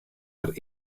har